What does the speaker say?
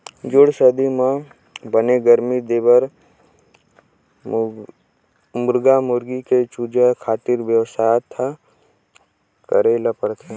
जूड़ सरदी म बने गरमी देबर मुरगा मुरगी के चूजा खातिर बेवस्था करे ल परथे